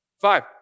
Five